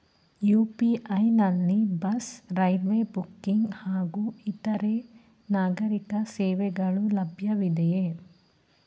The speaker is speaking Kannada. ಯು.ಪಿ.ಐ ನಲ್ಲಿ ಬಸ್, ರೈಲ್ವೆ ಬುಕ್ಕಿಂಗ್ ಹಾಗೂ ಇತರೆ ನಾಗರೀಕ ಸೇವೆಗಳು ಲಭ್ಯವಿದೆಯೇ?